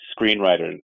screenwriter